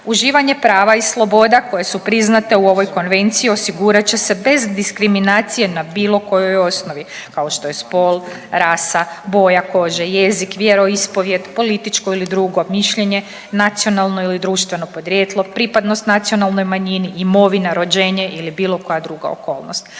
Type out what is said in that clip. uživanje prava i sloboda koje su priznate u ovoj konvenciji osigurat će se bez diskriminacije na bilo kojoj osnovi kao što je spol, rasa, boja kože, jezik, vjeroispovijed, političko ili drugo mišljenje, nacionalno ili društveno podrijetlo, pripadnost nacionalnoj manjini, imovina, rođenje ili bilo koja druga okolnost.